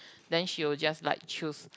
then she will just like choose